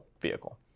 Vehicle